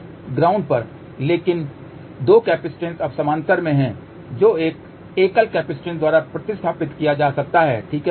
ground पर लेकिन 2 capacitance अब समानांतर में हैं जो एक एकल कैपेसिटर द्वारा प्रतिस्थापित किया जा सकता है ठीक है